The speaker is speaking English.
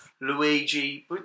Luigi